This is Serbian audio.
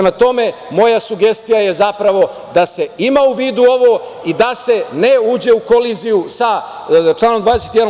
Moja sugestija je zapravo da se ima u vidu ovo i da se ne uđe u koliziju sa članom 21.